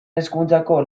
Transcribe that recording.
hezkuntzako